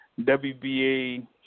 WBA